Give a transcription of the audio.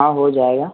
हाँ हो जाएगा